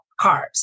carbs